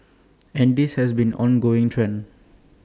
and this has been an ongoing trend